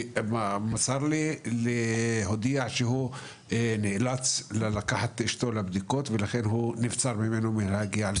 שמסר לי שהוא נאלץ לקחת את אשתו לבדיקות ולכן נבצר ממנו מלהגיע לכאן.